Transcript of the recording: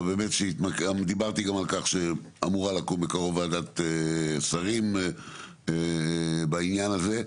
אבל דיברתי גם על כך שאמורה לקום בקרוב וועדת שרים בעניין הזה,